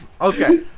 Okay